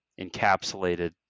encapsulated